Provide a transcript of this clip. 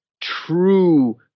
true